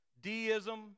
deism